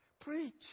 Preach